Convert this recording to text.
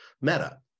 Meta